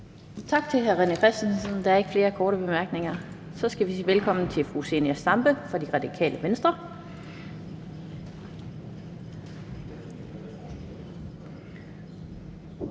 Tak til hr. René Christensen. Der er ikke flere korte bemærkninger. Så skal vi sige velkommen til fru Zenia Stampe fra Det Radikale Venstre.